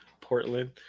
Portland